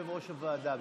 יושב-ראש הוועדה,